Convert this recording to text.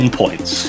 points